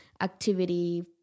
Activity